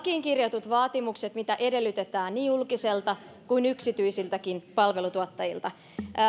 lakiin kirjatut vaatimukset mitä edellytetään niin julkisilta kuin yksityisiltäkin palveluntuottajilta